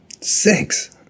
Six